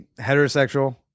heterosexual